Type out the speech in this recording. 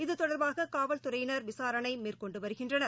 இது தொடர்பாக காவல்துறையினர் விசாரணை மேற்கொண்டு வருகின்றனர்